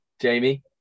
Jamie